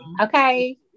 okay